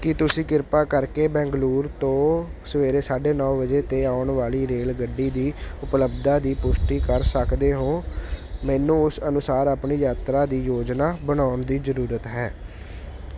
ਕੀ ਤੁਸੀਂ ਕਿਰਪਾ ਕਰਕੇ ਬੈਂਗਲੁਰੂ ਤੋਂ ਸਵੇਰੇ ਸਾਢੇ ਨੌਂ ਵਜੇ 'ਤੇ ਆਉਣ ਵਾਲੀ ਰੇਲਗੱਡੀ ਦੀ ਉਪਲੱਬਧਤਾ ਦੀ ਪੁਸ਼ਟੀ ਕਰ ਸਕਦੇ ਹੋ ਮੈਨੂੰ ਉਸ ਅਨੁਸਾਰ ਆਪਣੀ ਯਾਤਰਾ ਦੀ ਯੋਜਨਾ ਬਣਾਉਣ ਦੀ ਜ਼ਰੂਰਤ ਹੈ